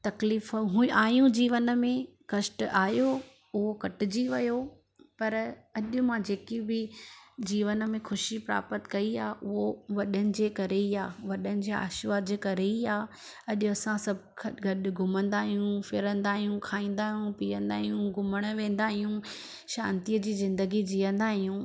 तकलीफ़ हुयूं आहियूं जीवन में कष्ट आहियो उहो कटिजी वियो पर अॼु मां जेकी बि जीवन में ख़ुशी प्राप्तु कई आहे उहो वॾनि जे करे ई आहे वॾनि जे आशीर्वाद जे करे ई आहे अॼु असां सभु खॾु गॾु घुमंदा आहियूं फिरंदा आहियूं खाईंदा आहियूं पीयंदा आहियूं घुमणु वेंदा आहियूं शांतीअ जी ज़िंदगी जीअंदा आहियूं